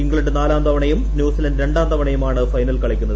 England നാലാം തവണയും New Zealand രണ്ടാം തവണയുമാണ് ഫൈനൽ കളിക്കുന്നത്